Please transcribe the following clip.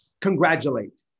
congratulate